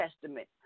Testament